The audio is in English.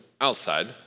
outside